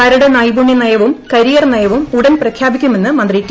കരട് നൈപുണ്യ നയവും കരിയർ നയവും ഉടൻ പ്രഖ്യാപിക്കുമെന്ന് മന്ത്രി ടി